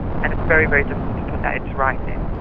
and it's very, very difficult to put that into writing.